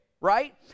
right